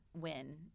win